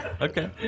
Okay